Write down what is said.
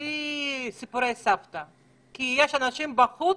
בלי סיפורי סבתא כי יש אנשים בחוץ